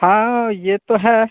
हाँ ये तो है